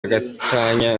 gatanya